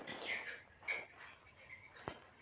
जीवन इंश्योरेंस करले कतेक मिलबे ई?